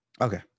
Okay